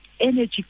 energy